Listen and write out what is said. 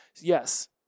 Yes